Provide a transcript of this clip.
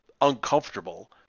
uncomfortable